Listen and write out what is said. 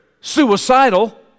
suicidal